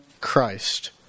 Christ